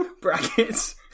Brackets